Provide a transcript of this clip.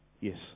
Yes